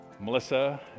Melissa